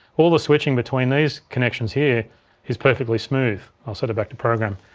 all the switching between these connections here is perfectly smooth, i'll set it back to program,